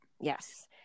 Yes